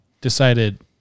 decided